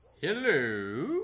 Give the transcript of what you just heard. Hello